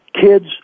kids